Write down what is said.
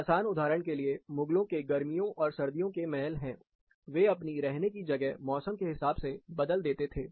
आसान उदाहरण के लिए मुगलों के गर्मियों और सर्दियों के महल है वे अपनी रहने की जगह मौसम के हिसाब से बदल देते थे